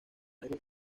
aire